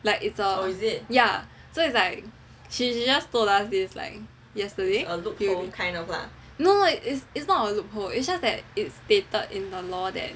like it's a ya so it's like she's just told us this like yesterday no like is it's not a loophole it's just that it's stated in the law that